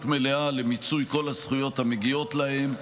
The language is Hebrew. מלאה של מיצוי כל הזכויות המגיעות להם,